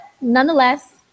nonetheless